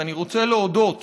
ואני רוצה להודות